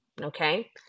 okay